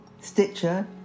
Stitcher